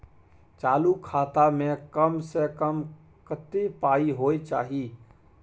चालू खाता में कम से कम कत्ते पाई होय चाही?